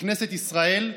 בכנסת ישראל,